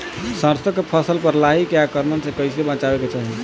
सरसो के फसल पर लाही के आक्रमण से कईसे बचावे के चाही?